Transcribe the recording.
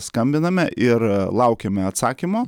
skambiname ir laukiame atsakymo